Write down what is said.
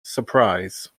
surprise